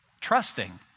trusting